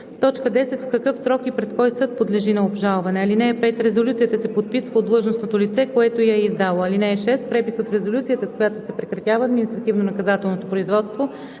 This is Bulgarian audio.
10. в какъв срок и пред кой съд подлежи на обжалване. (5) Резолюцията се подписва от длъжностното лице, което я е издало. (6) Препис от резолюцията, с която се прекратява административнонаказателното производство